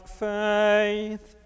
faith